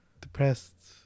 depressed